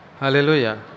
Hallelujah